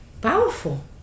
powerful